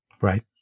Right